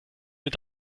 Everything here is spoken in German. mit